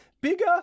bigger